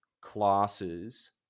classes